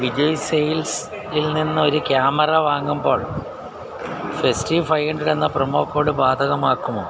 വിജയ് സെയിൽസിൽ നിന്നൊരു ക്യാമറ വാങ്ങുമ്പോൾ ഫെസ്റ്റിവ് ഫൈവ് ഹണ്ട്രഡ് എന്ന പ്രൊമോ കോഡ് ബാധകമാക്കുമോ